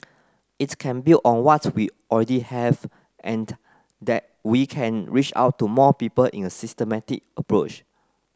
it can build on what we already have and that we can reach out to more people in a systematic approach